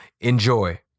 enjoy